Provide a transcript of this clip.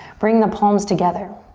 bring the palms together.